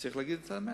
צריך להגיד את האמת: